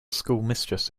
schoolmistress